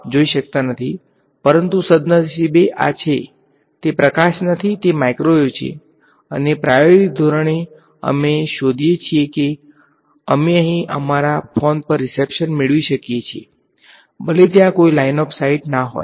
અને પ્રાયોગિક ધોરણે અમે શોધીએ છીએ કે અમે અહીં અમારા ફોન પર રિસેપ્શન મેળવી શકીએ છીએ ભલે ત્યાં કોઈ લાઈન ઓફ સાઈટ ના હોય